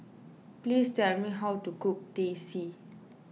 please tell me how to cook Teh C